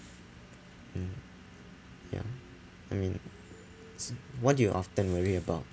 mm ya I mean s~ what do you often worry about